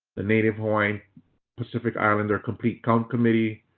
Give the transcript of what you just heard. the native hawaiian pacific islander complete count committee,